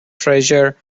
treasure